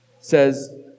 says